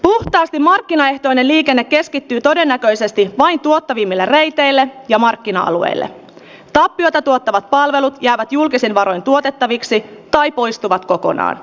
luovuta markkinaehtoinen liikenne keskittyy todennäköisesti vain tuottavimmille raiteille ja markkina alueelle tai joita tuottavat palvelut ja julkisin varoin tuotettaviksi tai poistuvat kokonaan